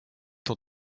dans